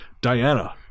diana